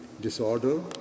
disorder